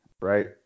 right